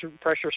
pressure